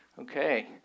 Okay